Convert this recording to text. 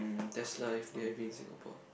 that's life they having in Singapore